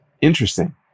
Interesting